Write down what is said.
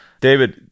David